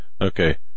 okay